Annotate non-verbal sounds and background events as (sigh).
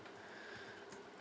(breath)